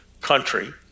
country